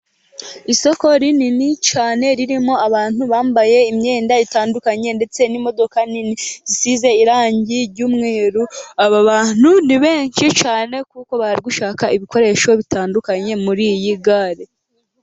Isoko rinini cyane ririmo abantu bambaye imyenda itandukanye, ndetse n'imodoka nini zisize irangi ry'umweru. Aba bantu ni benshi cyane kuko bari gushaka ibikoresho bitandukanye muri iyi gare.